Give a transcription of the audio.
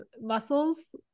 muscles